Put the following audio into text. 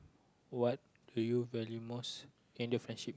what do you value most in a friendship